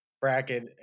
bracket